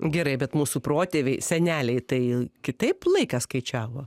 gerai bet mūsų protėviai seneliai tai kitaip laiką skaičiavo